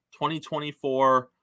2024